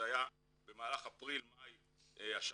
זה היה במהלך אפריל-מאי השנה,